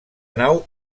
nau